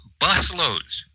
busloads